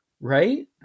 Right